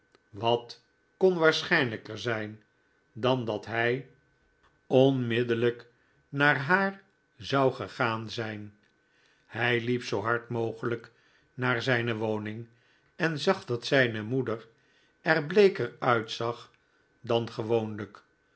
wat kon waarschijnlijker zijn dan dat hij onmiddellh'k naar jozef grimaldi haar zou gegaan zijn hij liep zoo hard raogelijk naar zijne woriing en zag dat zijne moeder er bleeker uitzag dan gewoonlijk